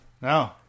No